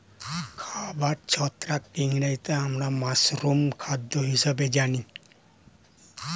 খাবার ছত্রাককে ইংরেজিতে আমরা মাশরুম খাদ্য হিসেবে জানি